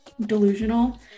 delusional